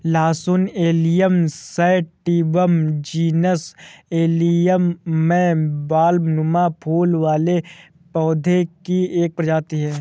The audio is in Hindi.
लहसुन एलियम सैटिवम जीनस एलियम में बल्बनुमा फूल वाले पौधे की एक प्रजाति है